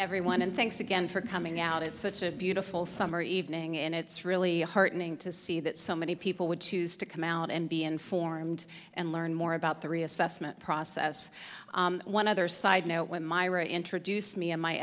everyone and thanks again for coming out it's such a beautiful summer evening and it's really heartening to see that so many people would choose to come out and be informed and learn more about the reassessment process one other side note when myra introduced me and my